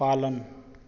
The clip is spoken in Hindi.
पालन